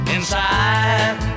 Inside